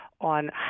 on